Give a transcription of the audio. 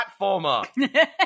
platformer